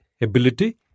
ability